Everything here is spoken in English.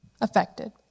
affected